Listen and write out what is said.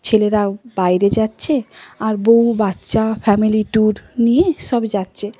ছেলেরাও বাইরে যাচ্ছে আর বউ বাচ্চা ফ্যামিলি ট্যুর নিয়ে সব যাচ্ছে